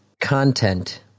content